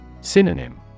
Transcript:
Synonym